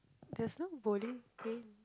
there's no bowling pin